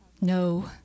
No